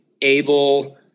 able